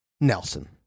Nelson